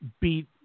beat